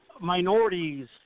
minorities